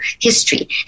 history